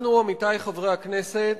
עמיתי חברי הכנסת,